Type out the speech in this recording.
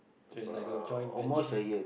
so it's like a joint venture